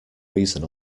reason